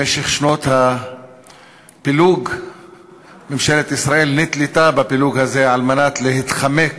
במשך שנות הפילוג ממשלת ישראל נתלתה בפילוג הזה כדי להתחמק